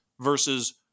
versus